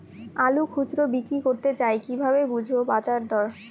আলু খুচরো বিক্রি করতে চাই কিভাবে বুঝবো বাজার দর?